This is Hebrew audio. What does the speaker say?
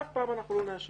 אף פעם אנחנו לא נאשר,